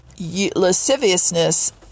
lasciviousness